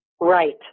Right